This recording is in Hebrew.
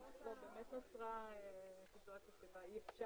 הצבעה אושר אני מבקש